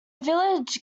village